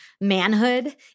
manhood